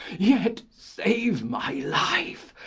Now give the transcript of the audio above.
yet save my life,